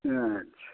अच्छा